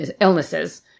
illnesses